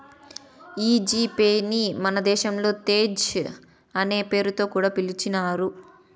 ఈ G pay ని మన దేశంలో తేజ్ అనే పేరుతో కూడా పిలిచేవారు